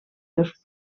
dos